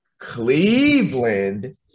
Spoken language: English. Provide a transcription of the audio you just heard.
Cleveland